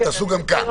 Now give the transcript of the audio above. תעשו גם כאן,